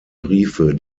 briefe